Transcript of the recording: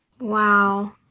Wow